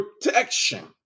Protection